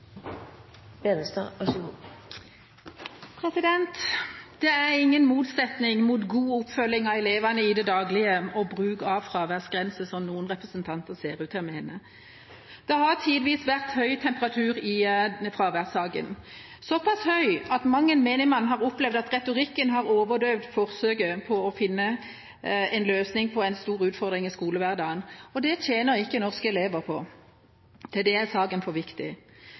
gang er så nær mistillit man kommer, to ganger tror jeg rett og slett en statsråd ikke overlever. Det er ingen motsetning mellom god oppfølging av elevene i det daglige og bruk av fraværsgrenser, som noen representanter ser ut til å mene. Det har tidvis vært høy temperatur i fraværssaken, såpass høy at mang en menigmann har opplevd at retorikken har overdøvd forsøket på å finne en løsning på en stor utfordring i skolehverdagen, og det tjener ikke norske elever på. Til det